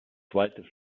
zweite